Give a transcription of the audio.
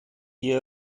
der